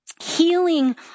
healing